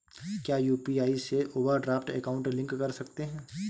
क्या यू.पी.आई से overdraft account link कर सकते हैं?